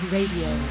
Radio